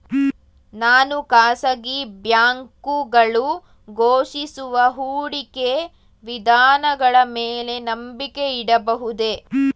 ನಾನು ಖಾಸಗಿ ಬ್ಯಾಂಕುಗಳು ಘೋಷಿಸುವ ಹೂಡಿಕೆ ವಿಧಾನಗಳ ಮೇಲೆ ನಂಬಿಕೆ ಇಡಬಹುದೇ?